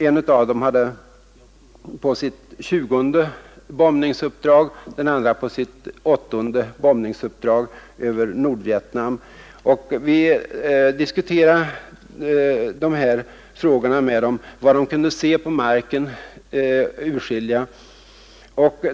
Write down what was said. En av dem hade varit på sitt tjugonde bombningsuppdrag, den andra på sitt åttonde bombningsuppdrag över Nordvietnam. Vi frågade dem om vad de kunde se och urskilja på marken.